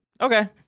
Okay